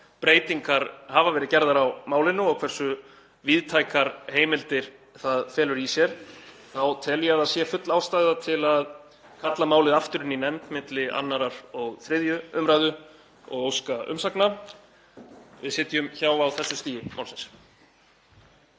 breytingar hafa verið gerðar á málinu og hversu víðtækar heimildir það felur í sér þá tel ég að það sé full ástæða til að kalla málið aftur inn í nefnd milli 2. og 3. umræðu og óska umsagna. Við sitjum hjá á þessu stigi málsins.